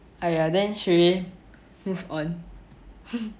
!aiya! then should we move on